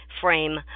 frame